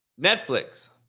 Netflix